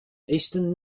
eastern